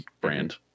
brand